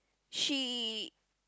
she